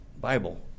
Bible